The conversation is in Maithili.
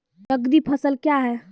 नगदी फसल क्या हैं?